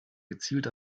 gezielt